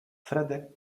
fredek